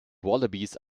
wallabies